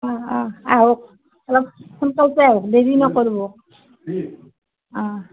আঁহোক অলপ সোনকালতে আঁহোক দেৰি নকৰব